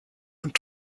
und